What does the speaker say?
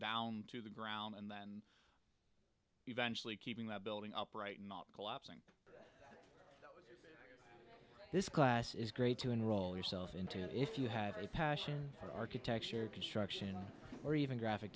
down to the ground and then eventually keeping the building upright collapsing this class is great to enroll yourself into if you have a passion for architecture construction or even graphic